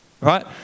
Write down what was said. Right